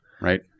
right